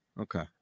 Okay